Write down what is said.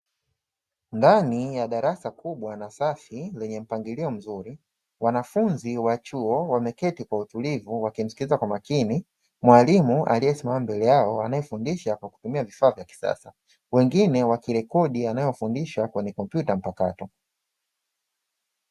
Ndani ya darasa kubwa la kisasa lenye mpangilio mzuri, wanafunzi wa chuo wameketi kwa utulivu, wakisikiliza kwa makini mwalimu aliyesimama mbele yao anayofundisha kupitia vifaa vya kisasa wengine wakirekodi yanayofundishwa kwenye kompyuta mpakato.